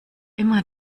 immer